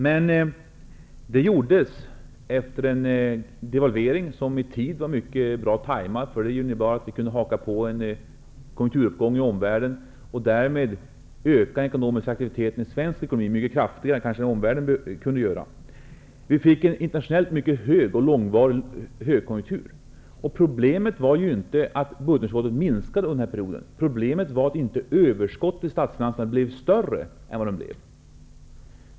Men det gjordes efter en devalvering som var mycket bra timad. Den innebar att vi kunde haka på en konjunkturuppgång i omvärlden och därmed öka den ekonomiska aktiviteten i svensk ekonomi mycket kraftigare än vad man kunde göra i omvärlden. Vi fick en internationellt mycket kraftig och långvarig högkonjunktur. Problemet var inte att budgetunderskottet minskade under denna period. Problemet var att överskottet i statsfinanserna inte blev större än vad det blev.